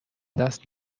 دست